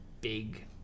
big